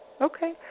Okay